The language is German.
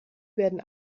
werden